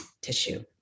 tissue